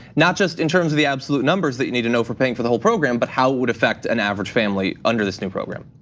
not just in terms of the absolute numbers that you need to know for paying for the whole program, but how it would affect an average family under this new program.